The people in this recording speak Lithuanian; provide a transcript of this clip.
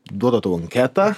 duoda tau anketą